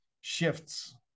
shifts